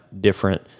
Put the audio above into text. different